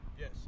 Yes